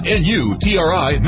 n-u-t-r-i